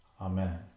Amen